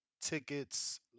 tickets